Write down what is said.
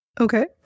Okay